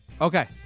Okay